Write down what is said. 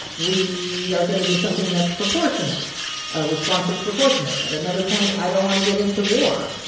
we are going to do something that's proportionate a response that's proportionate. at another point, i don't want to get into war.